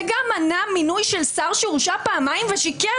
זה גם מנע מינוי של שר שהורשע פעמיים ושיקר